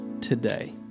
today